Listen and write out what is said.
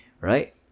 Right